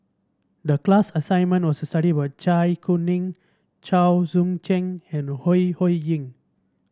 the class assignment was to study with Zai Kuning Chua Joon Siang and Ho Ho Ying